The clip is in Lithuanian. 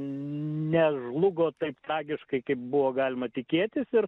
nežlugo taip tragiškai kaip buvo galima tikėtis ir